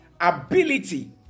ability